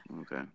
Okay